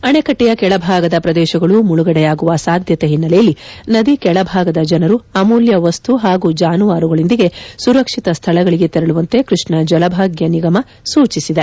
ಅಣೆಕಟ್ಟೆಯ ಕೆಳಭಾಗದ ಪ್ರದೇಶಗಳು ಮುಳುಗಡೆಯಾಗುವ ಸಾಧ್ಯತೆ ಹಿನ್ನೆಲೆಯಲ್ಲಿ ನದಿ ಕೆಳಭಾಗದ ಜನರು ಅಮೂಲ್ಯ ವಸ್ತು ಹಾಗೂ ಜಾನುವಾರುಗಳೊಂದಿಗೆ ಸುರಕ್ಷಿತ ಸ್ಥಳಗಳಿಗೆ ತೆರಳುವಂತೆ ಕೃಷ್ಣ ಜಲ ಭಾಗ್ಯ ನಿಗಮ ಸೂಚಿಸಿದೆ